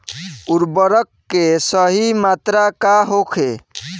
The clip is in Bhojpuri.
उर्वरक के सही मात्रा का होखे?